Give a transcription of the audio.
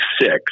six